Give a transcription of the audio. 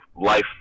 life